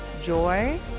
joy